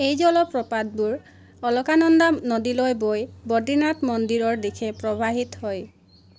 এই জলপ্ৰপাতবোৰ অলকানন্দা নদীলৈ বৈ বদ্ৰীনাথ মন্দিৰৰ দিশে প্ৰৱাহিত হয়